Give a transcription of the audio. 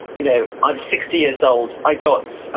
you know i'm sixty years old, i got, so